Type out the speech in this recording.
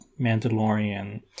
Mandalorian